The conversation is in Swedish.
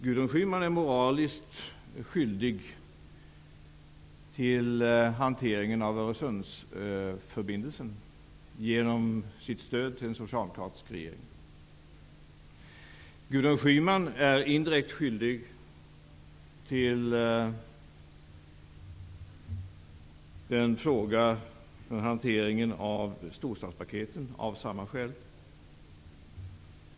Gudrun Schyman är moraliskt skyldig till hanteringen av Öresundsförbindelsen genom sitt stöd till en socialdemokratisk regering. Gudrun Schyman är av samma skäl indirekt skyldig till hanteringen av storstadspaketen.